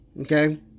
Okay